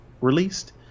released